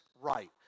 right